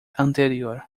anterior